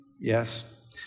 Yes